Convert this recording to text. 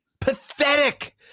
pathetic